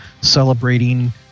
celebrating